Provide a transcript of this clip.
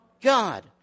God